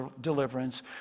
deliverance